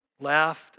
Left